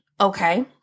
Okay